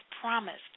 promised